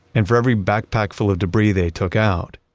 and for every backpack full of debris they took out,